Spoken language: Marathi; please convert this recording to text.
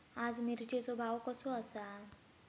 आज मिरचेचो भाव कसो आसा?